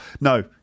No